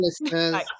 listeners